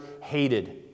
hated